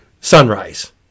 Sunrise